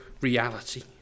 reality